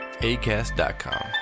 ACAST.com